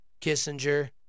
Kissinger